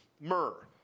myrrh